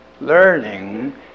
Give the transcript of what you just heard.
learning